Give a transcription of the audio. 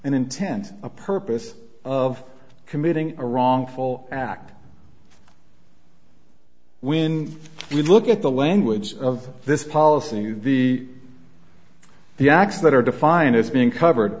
and intent a purpose of committing a wrongful act when you look at the language of this policy to be the acts that are defined as being covered